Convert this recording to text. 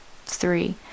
three